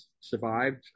survived